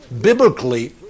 biblically